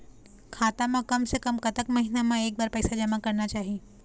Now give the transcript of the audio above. खाता मा कम से कम कतक महीना मा एक बार पैसा जमा करना चाही?